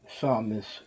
psalmist